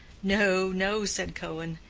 no, no, said cohen.